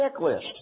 Checklist